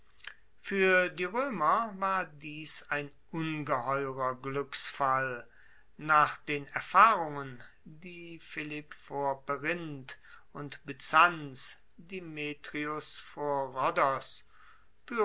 fuer die roemer war dies ein ungeheurer gluecksfall nach den erfahrungen die philipp vor perinth und byzanz demetrios vor